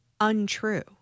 untrue